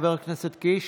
חבר הכנסת קיש.